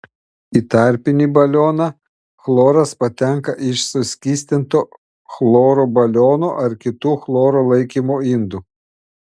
į tarpinį balioną chloras patenka iš suskystinto chloro balionų ar kitų chloro laikymo indų